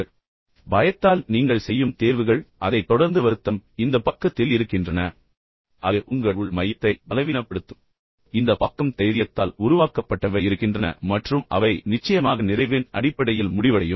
போன்றவை பின்னர் பயத்தால் நீங்கள் செய்யும் தேர்வுகள் அதைத் தொடர்ந்து வருத்தம் இந்த பக்கத்தில் இருக்கின்றன அது உங்கள் உள் மையத்தை பலவீனப்படுத்தப் போகிறது இந்த பக்கம் தைரியத்தால் உருவாக்கப்பட்டவை இருக்கின்றன மற்றும் அவை நிச்சயமாக நிறைவின் அடிப்படையில் முடிவடையும்